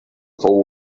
fou